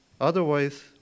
otherwise